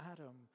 Adam